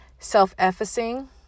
Self-effacing